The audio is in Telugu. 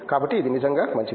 కాబట్టి ఇది నిజంగా మంచిది